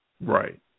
right